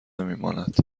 نمیماند